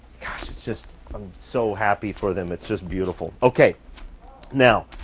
gosh, it's just um so happy for them. it's just beautiful. okay now,